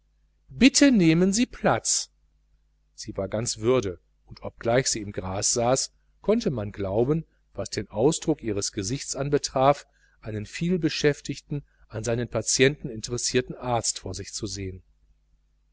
bitte nehmen sie platz sie war ganz würde und obgleich sie im gras saß konnte man glauben was den ausdruck ihres gesichts anbetraf einen vielbeschäftigten an seinen patienten interessierten arzt vor sich zu sehen